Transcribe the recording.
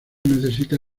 necesita